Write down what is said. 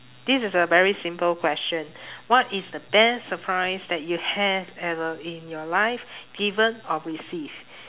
this is a very simple question what is the best surprise that you have ever in your life given or received